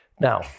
Now